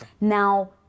Now